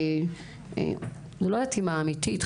לא יודעת אם האמיתית,